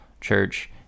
church